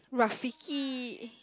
rafiki